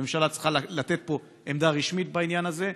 הממשלה צריכה לתת פה עמדה רשמית בעניין הזה,